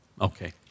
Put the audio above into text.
okay